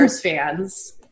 fans